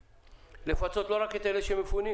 צריך לפצות לא רק את אלה שמפונים,